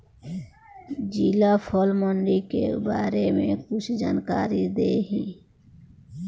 जिला फल मंडी के बारे में कुछ जानकारी देहीं?